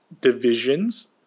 divisions